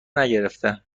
نگرفته